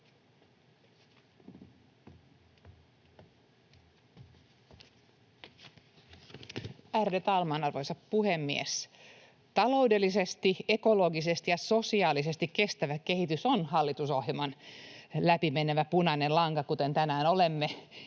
Ärade talman, arvoisa puhemies! Taloudellisesti, ekologisesti ja sosiaalisesti kestävä kehitys on hallitusohjelman läpi menevä punainen lanka — kuten tänään olemme